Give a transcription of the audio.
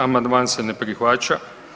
Amandman se ne prihvaća.